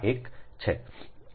4